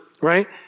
Right